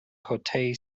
hotei